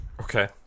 Okay